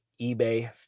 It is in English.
eBay